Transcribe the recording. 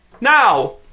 Now